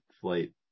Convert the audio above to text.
flight